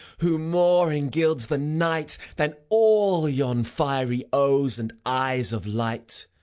who more engilds the night than all yon fiery oes and eyes of light.